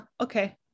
okay